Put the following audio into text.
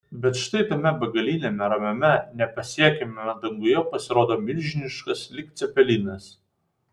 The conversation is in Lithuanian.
bet štai tame begaliniame ramiame nepasiekiamame danguje pasirodo milžiniškas lyg cepelinas